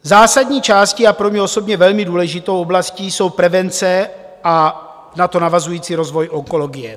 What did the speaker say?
Zásadní částí a pro mě osobně velmi důležitou oblastí jsou prevence a na to navazující rozvoj onkologie.